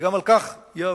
וגם על כך יעבדו,